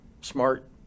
smart